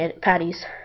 patties